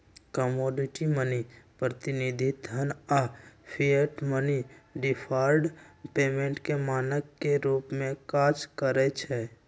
commodity money, प्रतिनिधि धन आऽ फिएट मनी डिफर्ड पेमेंट के मानक के रूप में काज करइ छै